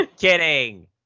Kidding